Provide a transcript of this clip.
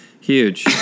Huge